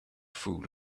food